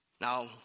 Now